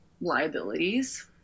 liabilities